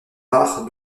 rare